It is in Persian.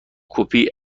کپی